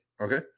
okay